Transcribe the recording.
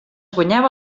guanyava